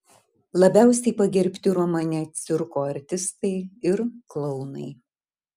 labiausiai pagerbti romane cirko artistai ir klounai